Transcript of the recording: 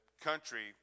country